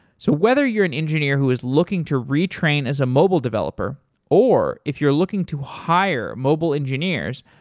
so whether you're an engineer who's looking to retrain as a mobile developer or if you're looking to hire mobile engineers,